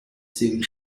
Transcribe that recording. séries